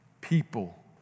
People